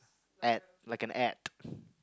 ad like an ad